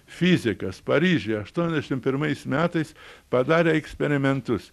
fizikas paryžiuje aštuoniasdešim pirmais metais padarė eksperimentus